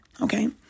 okay